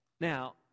Now